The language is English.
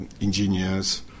engineers